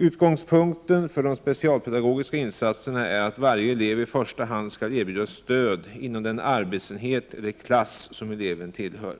Utgångspunkten för de specialpedagogiska insatserna är att varje elev i första hand skall erbjudas stöd inom den arbetsenhet eller klass som eleven tillhör.